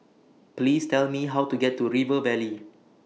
Please Tell Me How to get to River Valley